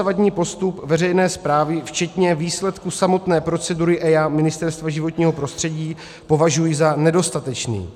Dosavadní postup veřejné správy včetně výsledků samotné procedury EIA Ministerstva životního prostředí považuji za nedostatečný.